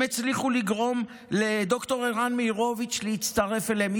הם הצליחו לגרום לד"ר ערן מאירוביץ' להצטרף אליהם.